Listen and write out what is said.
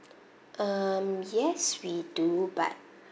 um yes we do but